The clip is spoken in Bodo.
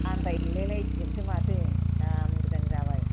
आन्दायहैलाय लायसिगोनसो माथो जा मोजां जाबाय